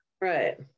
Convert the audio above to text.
right